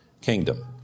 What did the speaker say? kingdom